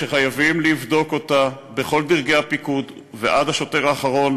שחייבים לבדוק אותה בכל דרגי הפיקוד ועד השוטר האחרון,